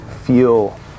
feel